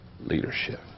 leadership